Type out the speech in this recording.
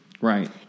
Right